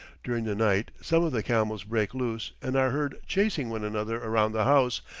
during the night some of the camels break loose and are heard chasing one another around the house,